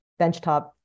benchtop